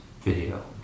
video